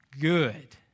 good